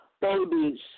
babies